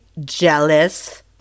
Jealous